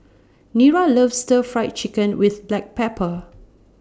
Nira loves Stir Fry Chicken with Black Pepper